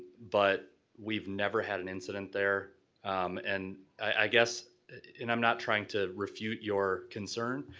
but we've never had an incident there and i guess, and i'm not trying to refute your concern,